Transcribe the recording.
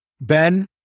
Ben